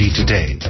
today